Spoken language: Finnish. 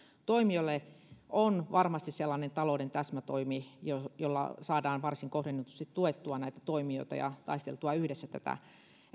toimijoille on varmasti sellainen talouden täsmätoimi jolla jolla saadaan varsin kohdennetusti tuettua näitä toimijoita ja taisteltua yhdessä tätä